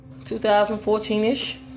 2014-ish